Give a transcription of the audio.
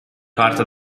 carta